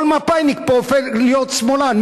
כל מפא"יניק פה הופך להיות שמאלן.